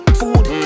food